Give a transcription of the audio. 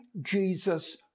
Jesus